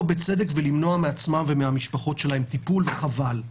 בצדק ולמנוע מעצמם ומהמשפחות שלהם טיפול וחבל.